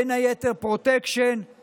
בין היתר פרוטקשן,